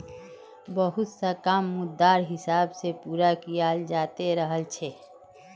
बहुतला काम मुद्रार हिसाब से पूरा कियाल जाते रहल छे